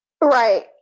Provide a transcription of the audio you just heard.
Right